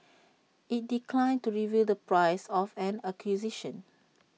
IT declined to reveal the price of an acquisition